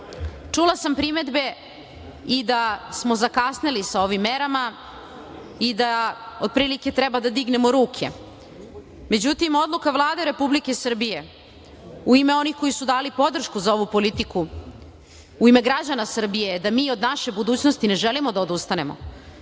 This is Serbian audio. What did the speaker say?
sam primedbe i da smo zakasnili sa ovim merama i da otprilike treba da dignemo ruke. Međutim, odluka Vlade Republike Srbije u ime onih koji su dali podršku za ovu politiku, u ime građana Srbije, da mi od naše budućnosti ne želimo da odustanemo,